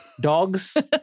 dogs